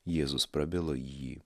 jėzus prabilo į jį